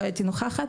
לא הייתי נוכחת.